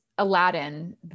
Aladdin